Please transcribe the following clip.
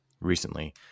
recently